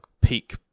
peak